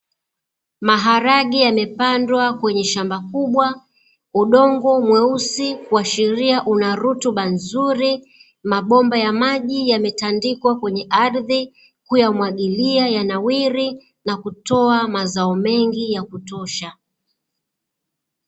Maharage yamepandwa kwenye shamba kubwa, udongo mweusi kuashiria una rutuba nzuri, mabomba ya maji yametandikwa kwenye ardhi, kuyamwagilia yanawiri na kutoa mazao mengi ya kutosha.